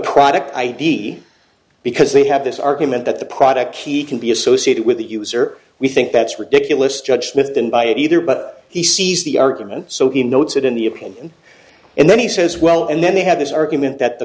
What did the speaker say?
product id because they have this argument that the product key can be associated with the user we think that's ridiculous judge within by either but he sees the argument so he notes it in the opinion and then he says well and then they have this argument that the